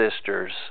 sisters